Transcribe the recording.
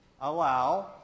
allow